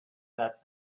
that